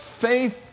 faith